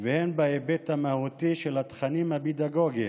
והן בהיבט המהותי של התכנים הפדגוגיים,